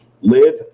live